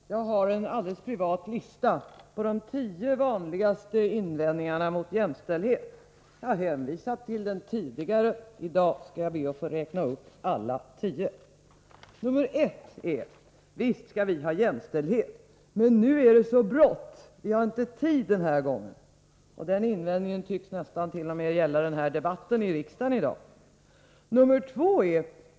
Herr talman! Jag har en alldeles privat lista på de tio vanligaste invändningarna mot jämställdhet. Jag har hänvisat till den tidigare. I dag skall jag be att få räkna upp alla tio. 1. Visst skall vi ha jämställdhet, men nu är det så brått. Vi har inte tid den här gången. Den invändningen tycks nästan t.o.m. gälla den här debatten i riksdagen i dag. 2.